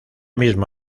mismo